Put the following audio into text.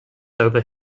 over